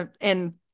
and-